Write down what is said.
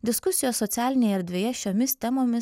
diskusijos socialinėje erdvėje šiomis temomis